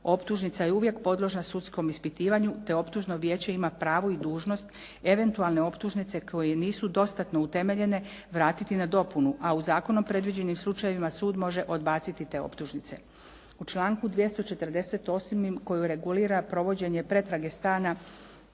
Optužnica je uvijek podložna sudskom ispitivanju te optužno vijeće ima pravo i dužnost eventualne optužnice koje nisu dostatno utemeljene vratiti na dopunu, a u zakonom predviđenim slučajevima sud može odbaciti te optužnice. U članku 248. koji regulira provođenje pretrage stana